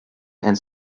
and